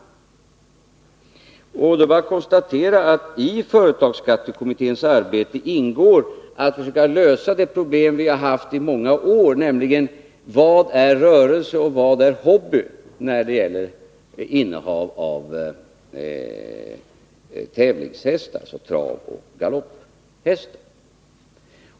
Då är det bara att konstatera att i företagsskattekommitténs arbete ingår att försöka lösa de problem som vi haft i många år, nämligen vad är rörelse och vad är hobby när det gäller innehav av tävlingshästar, alltså travoch galopphästar.